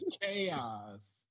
chaos